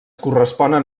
corresponen